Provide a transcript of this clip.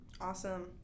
Awesome